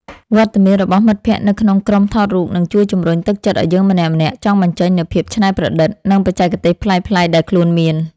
វត្តមានរបស់មិត្តភក្តិនៅក្នុងក្រុមថតរូបនឹងជួយជម្រុញទឹកចិត្តឱ្យយើងម្នាក់ៗចង់បញ្ចេញនូវភាពច្នៃប្រឌិត និង បច្ចេកទេសប្លែកៗដែលខ្លួនមាន។